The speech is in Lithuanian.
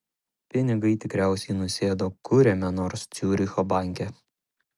pinigai tikriausiai nusėdo kuriame nors ciuricho banke